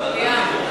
מליאה.